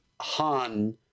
Han